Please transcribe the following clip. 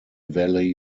valley